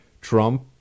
Trump